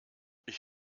ich